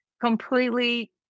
completely